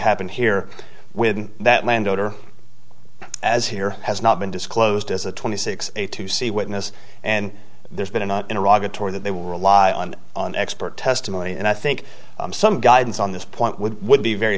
happened here with that landowner as here has not been disclosed as a twenty six a to c witness and there's been a tory that they rely on an expert testimony and i think some guidance on this point would would be very